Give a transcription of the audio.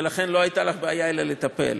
ולכן לא הייתה לך בעיה, אלא לטפל.